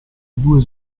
due